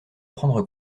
prendre